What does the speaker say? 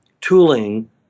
tooling